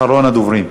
אחרון הדוברים.